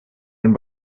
den